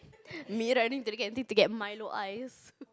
me running to the canteen to get milo ice